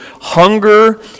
hunger